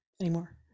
anymore